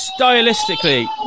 stylistically